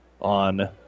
on